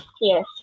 Yes